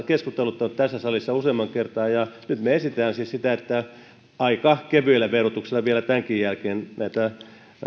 keskusteluttanut tässä salissa useampaan kertaan nyt me esitämme sitä että aika kevyellä verotuksella vielä tämänkin jälkeen näitä